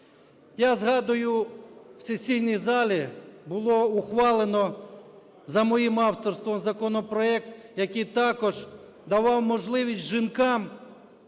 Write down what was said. Я згадую, в сесійній залі було ухвалено за моїм авторством законопроект, який також давав можливість жінкам,